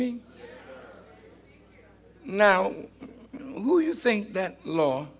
me now you think that law